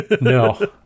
no